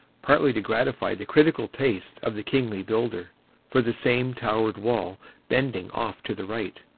partly to gratify the critical taste of the kingly builder for the same towered wall bending off to the right,